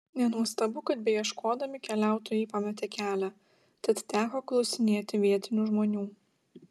nenuostabu kad beieškodami keliautojai pametė kelią tad teko klausinėti vietinių žmonių